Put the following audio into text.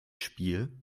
spiel